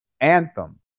Anthem